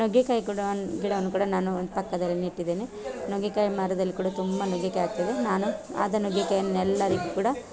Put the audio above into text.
ನುಗ್ಗೆಕಾಯಿ ಕೂಡ ಗಿಡವನ್ನು ಕೂಡ ನಾನು ಪಕ್ಕದಲ್ಲಿ ನೆಟ್ಟಿದ್ದೇನೆ ನುಗ್ಗೆಕಾಯಿ ಮರದಲ್ಲಿ ಕೂಡ ತುಂಬ ನುಗ್ಗೆಕಾಯಿ ಆಗ್ತದೆ ನಾನು ಆದ ನುಗ್ಗೇಕಾಯನ್ನೆಲ್ಲರಿಗೂ ಕೂಡ